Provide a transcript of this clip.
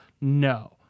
No